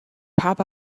pop